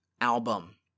album